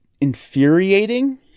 infuriating